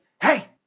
hey